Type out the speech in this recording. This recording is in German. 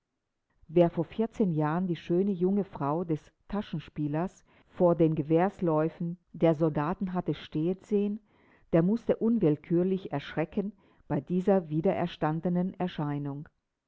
wer vor vierzehn jahren die schöne junge frau des taschenspielers vor den gewehrläufen der soldaten hatte stehen sehen der mußte unwillkürlich erschrecken bei dieser wiedererstandenen erscheinung